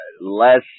less